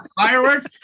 fireworks